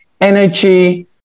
energy